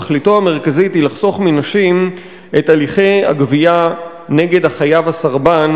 תכליתו המרכזית היא לחסוך מנשים את הליכי הגבייה נגד החייב הסרבן,